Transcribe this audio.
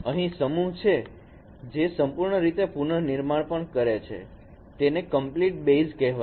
અહીં સમૂહ છે જે સંપૂર્ણ રીતે પુનઃનિર્માણ પણ કરે છે તેને કમ્પ્લીટ બેઝ કહેવાય છે